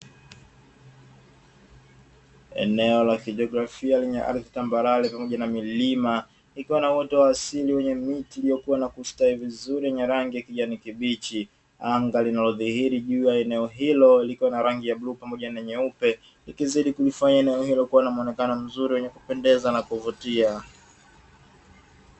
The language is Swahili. Eneo la kijiografia lenye ardhi tambarare pamoja na milima, likiwa na uoto wa asili wenye miti iliyokuwa na kustawi vizuri yenye rangi ya kijani kibichi anga linalodhihiri juu ya eneo hilo, likiwa na rangi ya bluu pamoja na nyeupe ikizidi kulifanya eneo hilo lina muonekano mzuri na wa kupendeza na kuvutia.